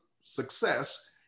success